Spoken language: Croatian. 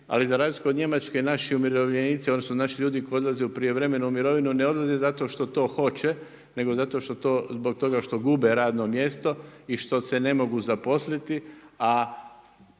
ali za razliku od Njemačke naši umirovljenici odnosno naši ljudi koji odlaze u prijevremenu mirovinu ne odlaze zato što to hoće nego zato zbog toga što gube radno mjesto i što se ne mogu zaposliti, a